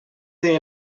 they